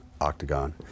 octagon